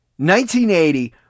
1980